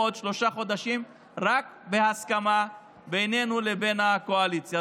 בעוד שלושה חודשים רק בהסכמה בינינו לבין הקואליציה.